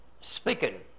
speaking